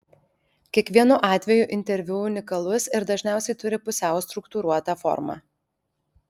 kiekvienu atveju interviu unikalus ir dažniausiai turi pusiau struktūruotą formą